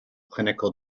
clinical